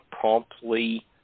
promptly